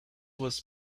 was